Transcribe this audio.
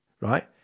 right